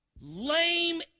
lame